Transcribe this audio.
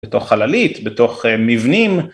בתוך חללית, בתוך מבנים.